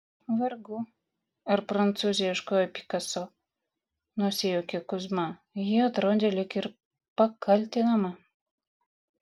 vargu ar prancūzė ieškojo pikaso nusijuokė kuzma ji atrodė lyg ir pakaltinama